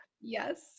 Yes